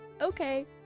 Okay